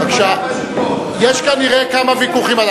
יש כנראה כמה ויכוחים,